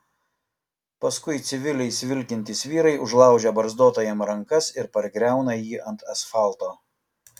paskui civiliais vilkintys vyrai užlaužia barzdotajam rankas ir pargriauna jį ant asfalto